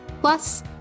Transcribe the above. Plus